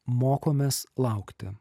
mokomės laukti